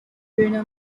bruno